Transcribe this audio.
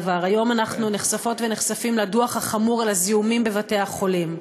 דבר: היום אנחנו נחשפות ונחשפים לדוח החמור על הזיהומים בבתי-החולים,